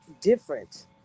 different